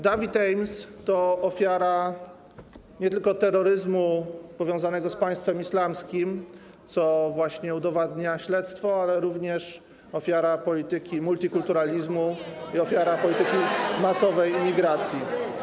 David Amess to ofiara nie tylko terroryzmu powiązanego z państwem islamskim, co właśnie udowadnia śledztwo, ale również ofiara polityki multikulturalizmu i ofiara polityki masowej imigracji.